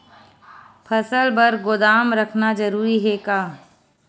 फसल बर गोदाम रखना जरूरी हे का?